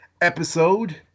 episode